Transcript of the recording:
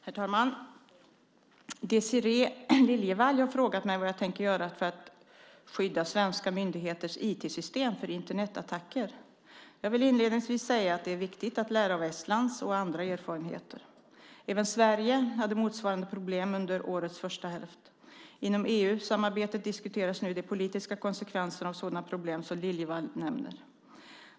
Herr talman! Désirée Liljevall har frågat mig vad jag tänker göra för att skydda svenska myndigheters IT-system från Internetattacker. Jag vill inledningsvis säga att det är viktigt att lära av Estlands och andras erfarenheter. Även Sverige hade motsvarande problem under årets första hälft. Inom EU-samarbetet diskuteras nu de politiska konsekvenserna av sådana problem som Liljevall nämner.